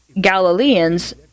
Galileans